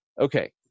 Okay